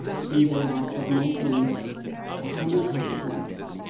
singular act of making have any consequence?